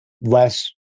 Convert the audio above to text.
less